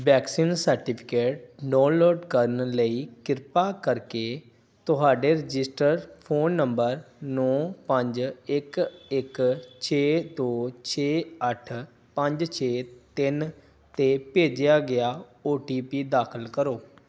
vaccine certificate download ਕਰਨ ਲਈ ਕਿਰਪਾ ਕਰਕੇ ਤੁਹਾਡੇ ਰਜਿਸਟਰ ਫੋਨ ਨੰਬਰ ਨੌਂ ਪੰਜ ਇੱਕ ਇੱਕ ਛੇ ਦੋ ਛੇ ਅੱਠ ਪੰਜ ਛੇ ਤਿੰਨ 'ਤੇ ਭੇਜਿਆ ਗਿਆ ਓ ਟੀ ਪੀ ਦਾਖਲ ਕਰੋ